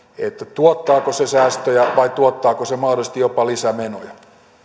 tuottaako se säästöjä vai tuottaako se mahdollisesti jopa lisämenoja nyt